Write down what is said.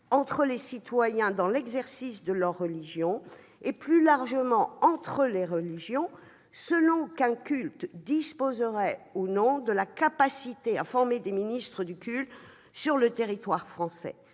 entre les citoyens dans l'exercice de leur religion, et plus largement entre les religions, selon qu'un culte disposerait ou non de la capacité à former des ministres du culte sur le territoire français.